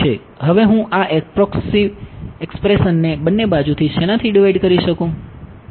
હવે હું આ એક્સપ્રેશનને બંને બાજુથી શેનાથી ડિવાઈડ કરી શકું છું